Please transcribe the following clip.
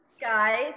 guys